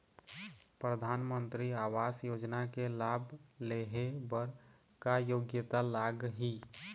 परधानमंतरी आवास योजना के लाभ ले हे बर का योग्यता लाग ही?